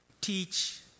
teach